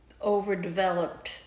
overdeveloped